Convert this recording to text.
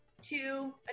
two